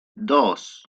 dos